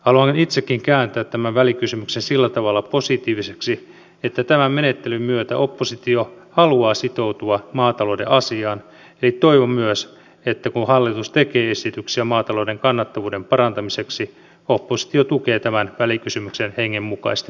haluan itsekin kääntää tämän välikysymyksen sillä tavalla positiiviseksi että tämän menettelyn myötä oppositio haluaa sitoutua maatalouden asiaan eli toivon myös että kun hallitus tekee esityksiä maatalouden kannattavuuden parantamiseksi oppositio tukee tämän välikysymyksen hengen mukaisesti näitä esityksiä